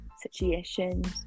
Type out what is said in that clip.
situations